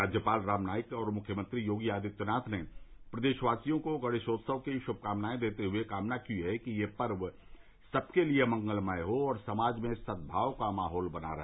राज्यपाल राम नाईक और मुख्यमंत्री योगी आदित्यनाथ ने प्रदेशवासियों को गणेशोत्सव की शुभकामनाए देते हुए कामना की है कि यह पर्व सबके लिए मंगलमय हो और समाज में सद्भाव का माहौल बना रहे